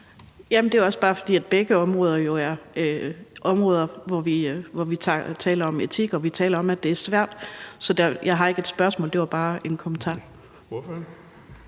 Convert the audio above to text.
det er også bare, fordi begge områder jo er områder, hvor vi taler om etik og vi taler om, at det er svært. Så jeg har ikke et spørgsmål, men det var bare en kommentar.